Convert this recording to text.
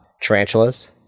tarantulas